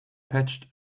patched